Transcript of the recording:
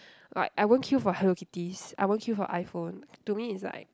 right I won't queue for Hello-Kitties I won't queue for iPhone to me is like